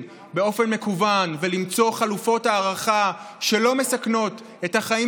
באופן מקוון ולמצוא חלופות הערכה שלא מסכנות את החיים